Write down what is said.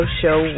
show